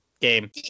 game